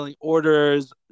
orders